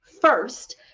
first